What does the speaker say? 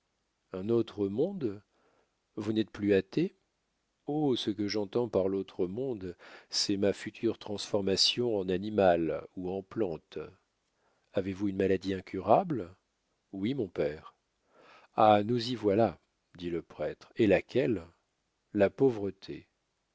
un autre monde vous n'êtes plus athée oh ce que j'entends par l'autre monde c'est ma future transformation en animal ou en plante avez-vous une maladie incurable oui mon père ah nous y voilà dit le prêtre et laquelle la pauvreté